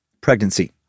pregnancy